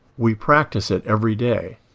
we practice it every day.